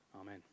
Amen